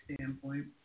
standpoint